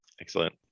Excellent